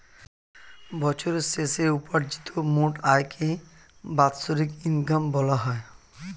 বছরের শেষে উপার্জিত মোট আয়কে বাৎসরিক ইনকাম বলা হয়